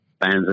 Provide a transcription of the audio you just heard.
fans